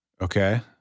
Okay